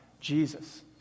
Jesus